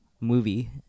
movie